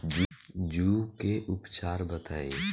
जूं के उपचार बताई?